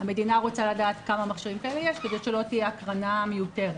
המדינה רוצה לדעת כמה מכשירים כאלה יש כדי שלא תהיה הקרנה מיותרת.